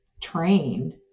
trained